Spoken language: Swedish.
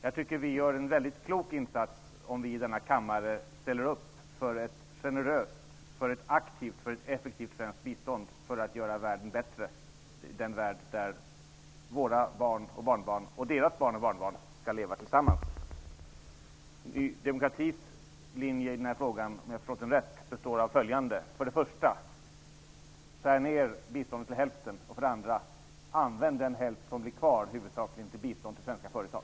Jag tycker att vi gör en väldigt klok insats om vi i denna kammare ställer upp för ett generöst, för ett aktivt och för ett effektivt svenskt bistånd för att göra världen bättre -- den värld där våra barn och barnbarn och deras barn och barnbarn skall leva tillsammans. Ny demokratis linje i den här frågan, om jag har förstått den rätt, består i följande: 1. Skär ner biståndet till hälften! 2. Använd den hälft som blir kvar huvudsakligen till bistånd till svenska företag!